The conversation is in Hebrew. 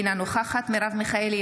אינה נוכחת מרב מיכאלי,